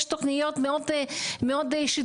יש תוכניות מאוד שטחיות.